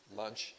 lunch